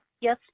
Yes